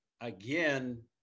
again